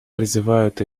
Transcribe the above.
призывают